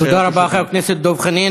תודה רבה, חבר הכנסת דב חנין.